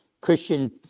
Christian